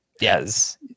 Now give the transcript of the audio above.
Yes